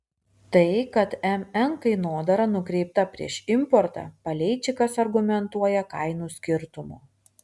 tai kad mn kainodara nukreipta prieš importą paleičikas argumentuoja kainų skirtumu